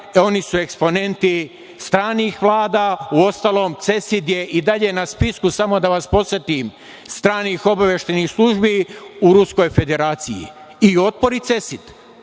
oni su eksponenti stranih vlada. Uostalom, CESID je i dalje na spisku, samo da vas podsetim, stranih obaveštajnih službi u Ruskoj Federaciji i „Otpor“ i CESID,